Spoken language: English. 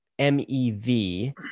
MEV